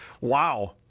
Wow